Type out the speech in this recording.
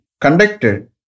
conducted